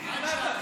הבנו את זה.